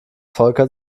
volker